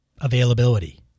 availability